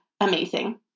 amazing